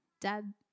Dad